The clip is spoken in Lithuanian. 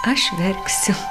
aš verksiu